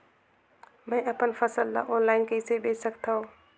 मैं अपन फसल ल ऑनलाइन कइसे बेच सकथव?